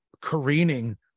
careening